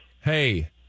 Hey